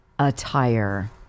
attire